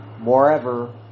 moreover